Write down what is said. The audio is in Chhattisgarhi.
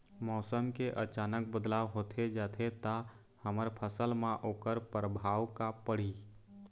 मौसम के अचानक बदलाव होथे जाथे ता हमर फसल मा ओकर परभाव का पढ़ी?